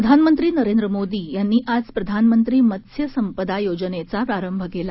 प्रधानमंत्री नरेंद्र मोदी यांनी आज प्रधानमंत्री मत्स्यसंपदा योजनचा प्रारंभ केला